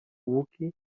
łuki